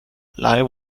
live